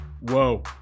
Whoa